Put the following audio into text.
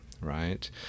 right